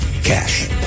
cash